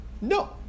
No